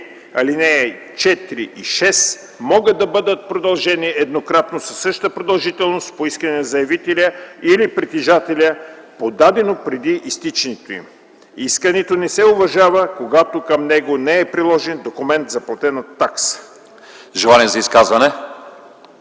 ал. 4 и 6 могат да бъдат продължени еднократно със същата продължителност по искане на заявителя или притежателя, подадено преди изтичането им. Искането не се уважава, когато към него не е приложен документ за платена такса.” ПРЕДСЕДАТЕЛ